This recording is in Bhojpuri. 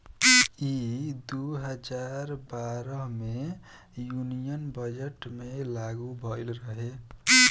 ई दू हजार बारह मे यूनियन बजट मे लागू भईल रहे